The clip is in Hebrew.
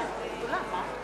כן, את כולם.